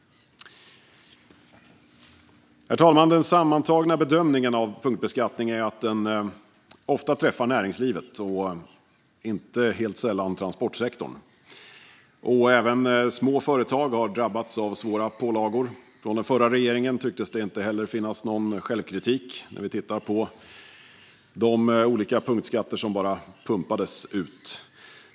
Herr talman! Den sammantagna bedömningen av punktbeskattning är att den ofta träffar näringslivet och inte helt sällan transportsektorn. Även små företag har drabbats av svåra pålagor. Från den förra regeringen tycktes det inte heller finnas någon självkritik när vi tittar på de olika punktskatter som bara pumpades ut.